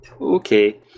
Okay